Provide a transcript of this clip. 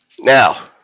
now